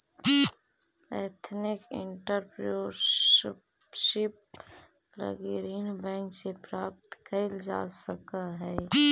ethnic entrepreneurship लगी ऋण bank से प्राप्त कैल जा सकऽ हई